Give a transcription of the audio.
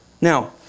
Now